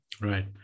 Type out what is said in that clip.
right